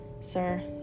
Sir